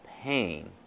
pain